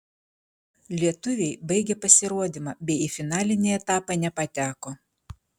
lietuviai baigė pasirodymą bei į finalinį etapą nepateko